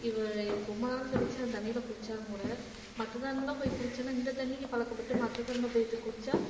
இவ ரொம்ப நாள் கழிச்சு அந்த தண்ணியில குளிச்சாலும் கூட மற்ற தண்ணியிலலாம் போய் குளிச்சோம்னா இந்த தண்ணிக்கு பழக்கப்பட்டு மற்ற தண்ணியில போய் குளிச்சால்